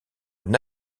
une